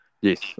Yes